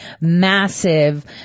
massive